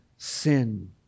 sin